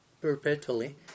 perpetually